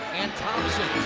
and thompson.